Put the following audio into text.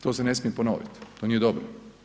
To se ne smije ponoviti, to nije dobro.